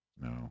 No